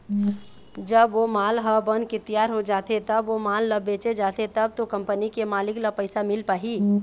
जब ओ माल ह बनके तियार हो जाथे तब ओ माल ल बेंचे जाथे तब तो कंपनी के मालिक ल पइसा मिल पाही